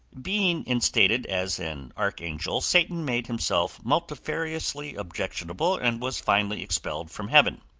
being instated as an archangel, satan made himself multifariously objectionable and was finally expelled from heaven.